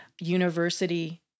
university